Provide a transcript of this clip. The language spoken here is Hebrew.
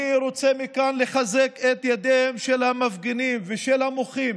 אני רוצה מכאן לחזק את ידיהם של המפגינים ושל המוחים